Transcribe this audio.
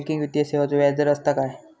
Banking वित्तीय सेवाचो व्याजदर असता काय?